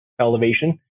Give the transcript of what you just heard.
elevation